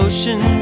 Ocean